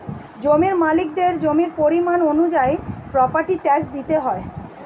জমির মালিকদের জমির পরিমাণ অনুযায়ী প্রপার্টি ট্যাক্স দিতে হয়